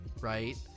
right